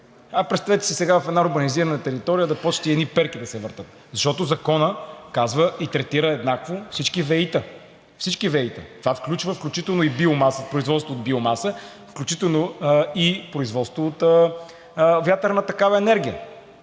представете си сега в една урбанизирана територия да почнат и едни перки да се въртят, защото Законът казва и третира еднакво всички ВЕИ-та? Всички ВЕИ-та, включително и производство от биомаса, включително и производство от вятърна такава енергия.